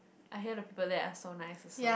I hear the people there are so nice also